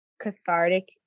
cathartic